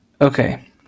Okay